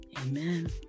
amen